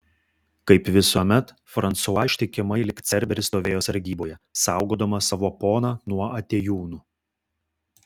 kaip visuomet fransua ištikimai lyg cerberis stovėjo sargyboje saugodamas savo poną nuo atėjūnų